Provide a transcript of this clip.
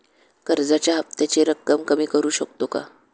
कर्जाच्या हफ्त्याची रक्कम कमी करू शकतो का?